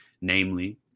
namely